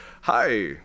Hi